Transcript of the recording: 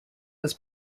was